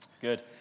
Good